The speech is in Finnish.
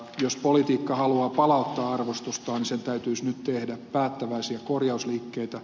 jos politiikka haluaa palauttaa arvostustaan sen täytyisi nyt tehdä päättäväisiä korjausliikkeitä